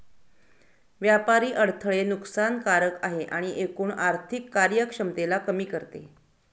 व्यापारी अडथळे नुकसान कारक आहे आणि एकूण आर्थिक कार्यक्षमतेला कमी करते